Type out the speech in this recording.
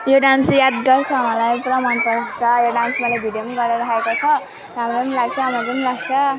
यो डान्स चाहिँ यादगार छ मलाई पुरा मन पराउँछ यो डान्स मैले भिडियो पनि गरेर राखेको छ राम्रो पनि लाग्छ मजापनि लाग्छ